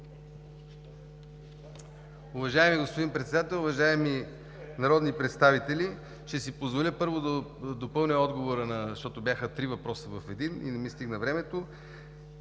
Уважаеми господин Председател, уважаеми народни представители! Ще си позволя, първо, да допълня отговора, защото бяха три въпроса в един и не ми стигна времето.